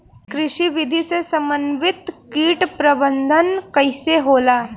कृषि विधि से समन्वित कीट प्रबंधन कइसे होला?